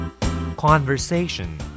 Conversation